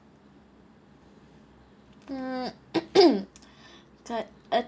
mm the uh